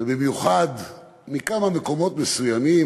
ובמיוחד מכמה מקומות מסוימים,